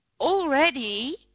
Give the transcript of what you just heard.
Already